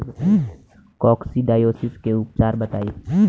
Coccidiosis के उपचार बताई?